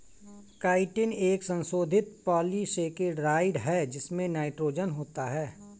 chitin एक संशोधित polysaccharide है जिसमें नाइट्रोजन होता है